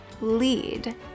lead